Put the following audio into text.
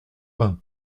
vingt